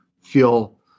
feel